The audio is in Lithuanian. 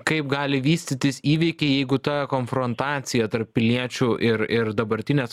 kaip gali vystytis įvykiai jeigu ta konfrontacija tarp piliečių ir ir dabartinės